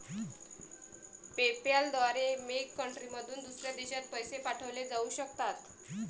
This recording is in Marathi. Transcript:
पेपॅल द्वारे मेक कंट्रीमधून दुसऱ्या देशात पैसे पाठवले जाऊ शकतात